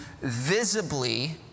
visibly